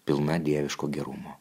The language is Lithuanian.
pilna dieviško gerumo